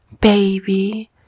baby